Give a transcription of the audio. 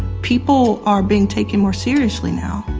people are being taken more seriously now.